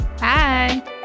Bye